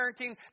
parenting